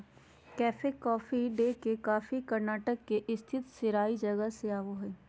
cafe Coffee Day के coffee Karnataka मे स्थित सेराई जगह से आवो हय